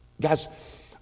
Guys